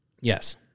Yes